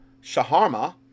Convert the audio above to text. Shaharma